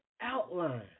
outline